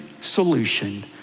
solution